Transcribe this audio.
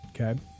okay